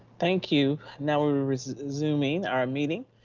thank you, now and we're resuming our meeting.